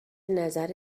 نظر